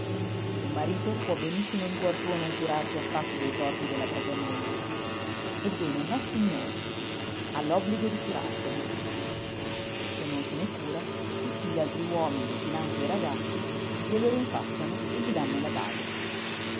un marito può benissimo in cuor suo non curarsi affatto dei torti della propria moglie ebbene nossignori ha l'obbligo di curarsene se non se ne cura tutti gli altri uomini e finanche i ragazzi glielo rinfacciano e gli dànno la baja